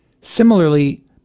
Similarly